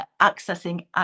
accessing